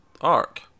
arc